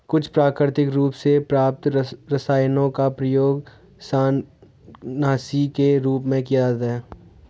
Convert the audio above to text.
कुछ प्राकृतिक रूप से प्राप्त रसायनों का प्रयोग शाकनाशी के रूप में किया जाता है